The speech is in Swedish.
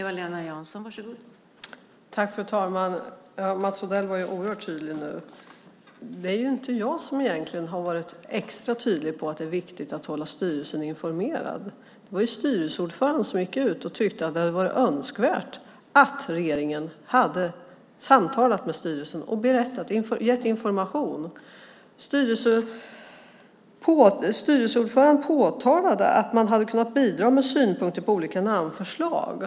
Fru talman! Mats Odell var oerhört tydlig nu. Det är inte jag egentligen som har varit extra tydlig med att det är viktigt att hålla styrelsen informerad. Det var ju styrelseordföranden som gick ut och tyckte att det hade varit önskvärt att regeringen hade samtalat med styrelsen och gett information. Styrelseordföranden påtalade att man hade kunnat bidra med synpunkter på olika namnförslag.